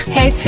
Hey